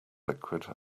liquid